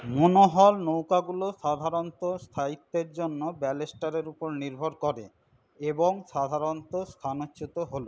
monohull নৌকাগুলো সাধারণত স্থায়িত্বের জন্য ব্যালেস্টারের উপর নির্ভর করে এবং সাধারণত স্থানচ্যুত হলো